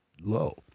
low